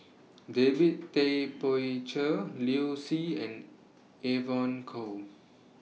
David Tay Poey Cher Liu Si and Evon Kow